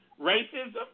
racism